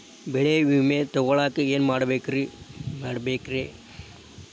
ಬೆಳೆ ವಿಮೆ ತಗೊಳಾಕ ಏನ್ ಮಾಡಬೇಕ್ರೇ?